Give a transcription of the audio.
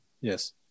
Yes